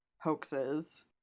hoaxes